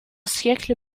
siècle